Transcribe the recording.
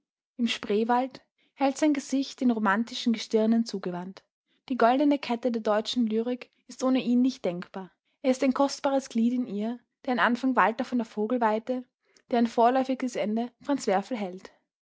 im spree hält sein gesicht den romantischen gestirnen zugewandt die goldene kette der deutschen lyrik ist ohne ihn nicht denkbar er ist ein kostbares glied in ihr deren anfang walter von der vogelweide deren vorläufiges ende franz werfel hält